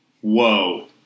Whoa